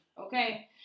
okay